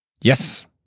Yes